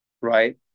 right